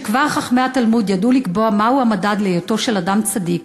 כבר חכמי התלמוד ידעו לקבוע מהו המדד להיותו של אדם צדיק,